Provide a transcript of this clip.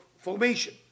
formation